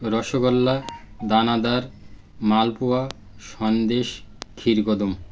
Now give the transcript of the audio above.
রসগোল্লা দানাদার মালপোয়া সন্দেশ ক্ষীরকদম্ব